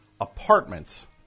apartments